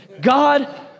God